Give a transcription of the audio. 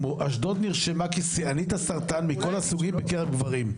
אשדוד נרשמה כשיאנית הסרטן מכל הסוגים בקרב גברים.